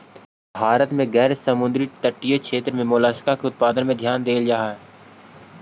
भारत में गैर समुद्र तटीय क्षेत्र में मोलस्का के उत्पादन में ध्यान देल जा हई